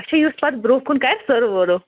اچھا یُس پَتہٕ برونٛہہ کُن کَرِ سرٕو ؤرو